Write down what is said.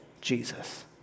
Jesus